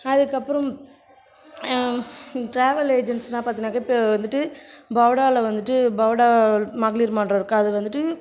அதுக்கப்புறம் ட்ராவல் ஏஜென்சிலாம் பார்த்தின்னாக்கா இப்போ வந்துட்டு பவ்டால வந்துட்டு பவ்டா மகளிர் மன்றம் இருக்குது அது வந்துட்டு